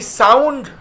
sound